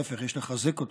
להפך, יש לחזק אותו.